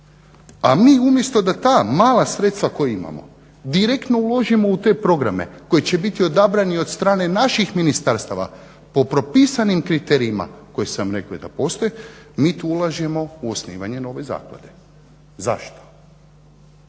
A mi umjesto da ta mala sredstva koja imamo direktno uložimo u te programe koji će biti odabrani od strane naših ministarstava po propisanim kriterijima koje sam vam rekao i da postoje, mi tu ulažemo u osnivanje nove zaklade. Zašto?